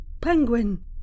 Penguin